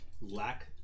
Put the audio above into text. lack